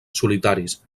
solitaris